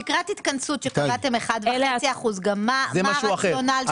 תקרת ההתכנסות, שקבעתם 1.5%, מה הרציונל של זה?